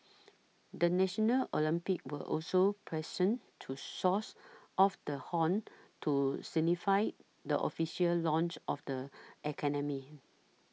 the national Olympians were also present to source off the horn to signify the official launch of the academy